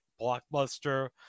Blockbuster